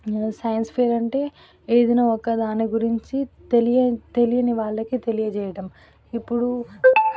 science fair అంటే ఏదైనా ఒక్కదాని గురించి తెలియని తెలియని వాళ్ళకి తెలియజేయటం ఇప్పుడు